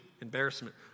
embarrassment